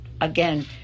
again